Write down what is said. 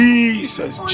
Jesus